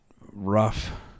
rough